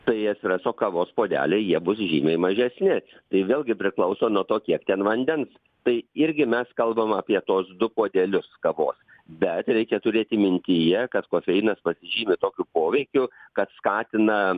tai espreso kavos puodeliai jie bus žymiai mažesni tai vėlgi priklauso nuo to kiek ten vandens tai irgi mes kalbam apie tuos du puodelius kavos bet reikia turėti mintyje kad kofeinas pasižymi tokiu poveikiu kad skatina